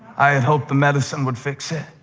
i had hoped the medicine would fix it.